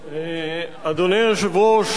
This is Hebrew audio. אדוני היושב-ראש,